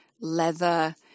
leather